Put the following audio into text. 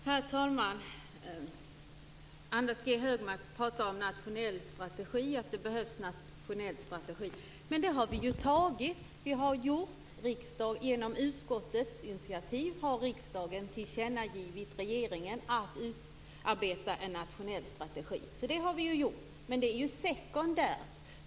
Herr talman! Anders G Högmark pratar om att det behövs nationell strategi. Men det har vi ju åstadkommit. Genom utskottets initiativ har riksdagen gett regeringen till känna att riksdagen beslutat att en nationell strategi skall utarbetas. Men det är ju sekundärt.